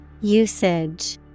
Usage